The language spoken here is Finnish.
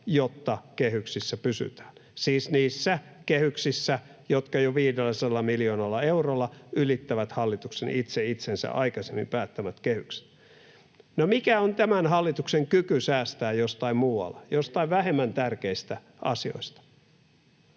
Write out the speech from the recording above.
jotta kehyksissä pysytään — siis niissä kehyksissä, jotka jo 500 miljoonalla eurolla ylittävät hallituksen itse itsensä aikaisemmin päättämät kehykset. No mikä on tämän hallituksen kyky säästää jostain muualta, jostain vähemmän tärkeistä asioista?